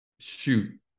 Shoot